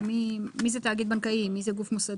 מי זה תאגיד בנקאי,